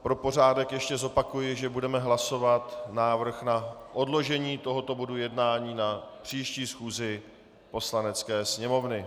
Pro pořádek ještě zopakuji, že budeme hlasovat návrh na odložení tohoto bodu jednání na příští schůzi Poslanecké sněmovny.